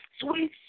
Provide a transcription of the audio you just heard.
sweet